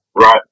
Right